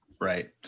Right